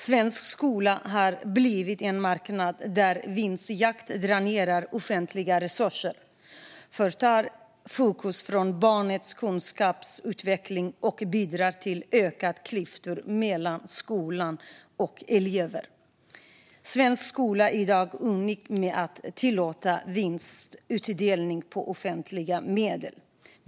Svensk skola har blivit en marknad där vinstjakt dränerar offentliga resurser, flyttar fokus från barnens kunskapsutveckling och bidrar till ökade klyftor mellan skolor och mellan elever. Svensk skola är i dag unik med att tillåta vinstutdelning på offentliga medel.